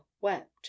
wept